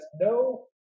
no